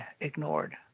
ignored